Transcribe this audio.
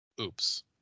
Oops